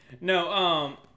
No